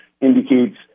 indicates